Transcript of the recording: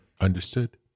Understood